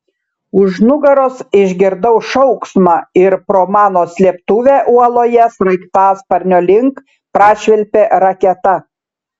už nugaros išgirdau šauksmą ir pro mano slėptuvę uoloje sraigtasparnio link prašvilpė raketa